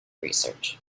research